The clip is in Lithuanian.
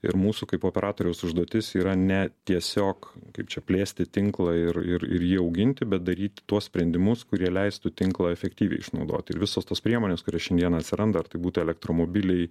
ir mūsų kaip operatoriaus užduotis yra ne tiesiog kaip čia plėsti tinklą ir ir ir jį auginti bet daryti tuos sprendimus kurie leistų tinklą efektyviai išnaudoti ir visos tos priemonės kurios šiandien atsiranda ar tai būtų elektromobiliai